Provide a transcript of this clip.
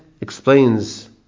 explains